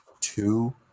two